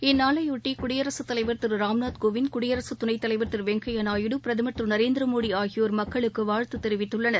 இதைபொட்டி குடியரசுத் தலைவர் திரு ராம்நாத் கோவிந்த் குடியரசு துணைத் தலைவர் திரு வெங்கய்யா நாயுடு பிரதமர் திரு நரேந்திர மோடி ஆகியோர் மக்களுக்கு வாழ்த்து தெரிவித்துள்ளனர்